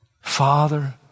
Father